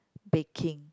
baking